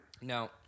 Now